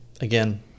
again